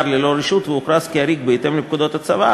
ללא רשות והוכרז כעריק בהתאם לפקודות הצבא,